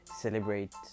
celebrate